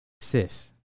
sis